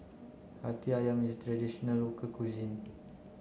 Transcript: Hati Ayam is traditional local cuisine